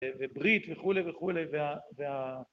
‫וברית וכולי וכולי, וה...